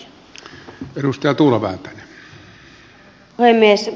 arvoisa puhemies